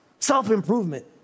self-improvement